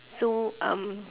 so um